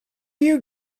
you